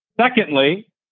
Secondly